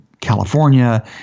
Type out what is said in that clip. California